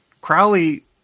Crowley